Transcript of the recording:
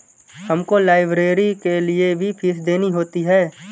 हमको लाइब्रेरी के लिए भी फीस देनी होती है